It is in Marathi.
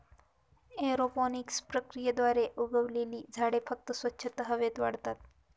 एरोपोनिक्स प्रक्रियेद्वारे उगवलेली झाडे फक्त स्वच्छ हवेत वाढतात